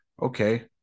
Okay